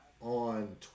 On